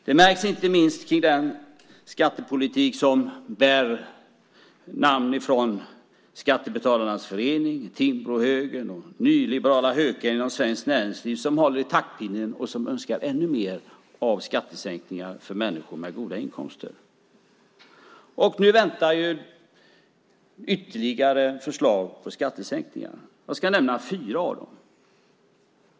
Det märks inte minst på den skattepolitik som bär namn från Skattebetalarnas Förening, Timbrohögern och nyliberala hökar inom Svenskt Näringsliv. De håller i taktpinnen och önskar ännu mer av skattesänkningar för människor med goda inkomster. Nu väntar ytterligare förslag på skattesänkningar. Jag ska nämna fyra av dem.